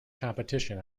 competition